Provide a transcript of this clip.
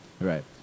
Right